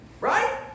Right